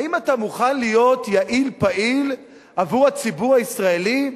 האם אתה מוכן להיות יעיל פעיל עבור הציבור הישראלי?